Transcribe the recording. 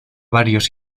varios